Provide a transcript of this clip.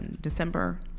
December